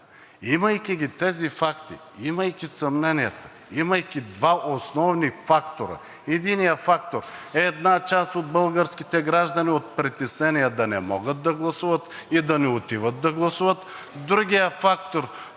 имайки ги тези факти, имайки съмненията, имайки два основни фактора: единият фактор е една част от българските граждани от притеснение да не могат да гласуват и да не отиват да гласуват,